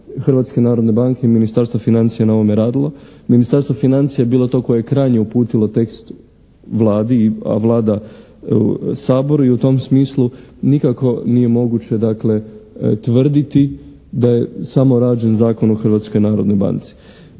Hrvatske narodne banke i Ministarstva financija je na ovome radilo. Ministarstvo financija je bilo to koje je krajnje uputilo tekst Vladi, a Vlada Saboru i u tom smislu nikako nije moguće, dakle, tvrditi da je samo rađen Zakon u Hrvatskoj narodnoj banci.